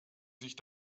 sich